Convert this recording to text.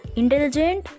intelligent